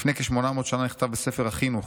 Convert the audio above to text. "לפני כ-800 שנה נכתב ב'ספר החינוך':